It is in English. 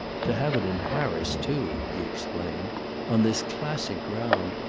to have it in paris too, he explained on this classic ground,